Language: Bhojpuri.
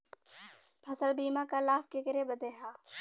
फसल बीमा क लाभ केकरे बदे ह?